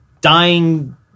dying